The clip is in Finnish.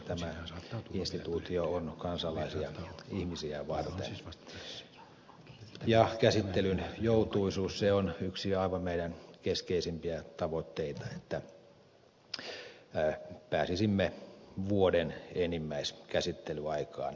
tämä instituutio on kansalaisia ihmisiä varten ja käsittelyn joutuisuus on yksi aivan meidän keskeisimpiä tavoitteita että pääsisimme vuoden enimmäiskäsittelyaikaan